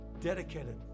dedicated